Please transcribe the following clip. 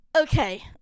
Okay